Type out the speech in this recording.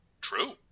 True